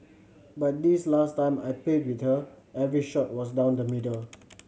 but this last time I played with her every shot was down the middle